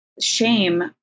shame